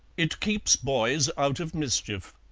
it keeps boys out of mischief.